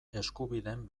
eskubideen